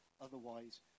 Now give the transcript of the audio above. Otherwise